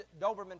Doberman